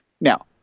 now